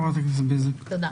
תודה.